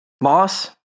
Moss